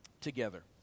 together